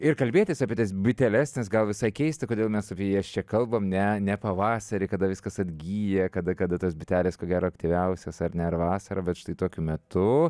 ir kalbėtis apie tas biteles nes gal visai keista kodėl mes apie jas čia kalbam ne ne pavasarį kada viskas atgyja kada kada tos bitelės ko gero aktyviausios ar ne ar vasarą bet štai tokiu metu